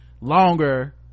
longer